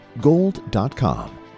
gold.com